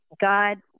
God